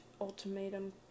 ultimatum